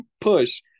push